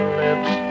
lips